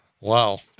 Wow